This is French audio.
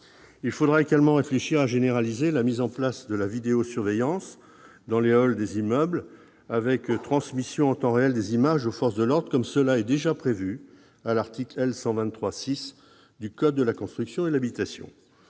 Il faudra également réfléchir à généraliser la vidéosurveillance dans les halls des immeubles, avec transmission en temps réel des images aux forces de l'ordre, comme cela est déjà prévu à l'article L. 123-6 du code de la construction et de l'habitation.